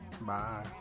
bye